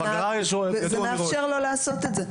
וזה מאפשר לו לעשות את זה.